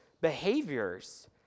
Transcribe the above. behaviors